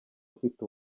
ufite